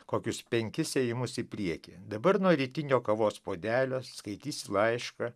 kokius penkis ėjimus į priekį dabar nuo rytinio kavos puodelio skaitysi laišką